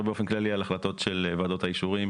באופן כללי על החלטות של ועדות האישורים